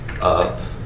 up